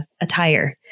attire